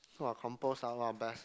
!wah! compose out wa best